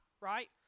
right